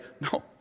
No